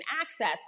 access